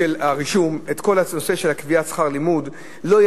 של הרישום, את כל הנושא של קביעת שכר הלימוד.